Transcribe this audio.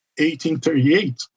1838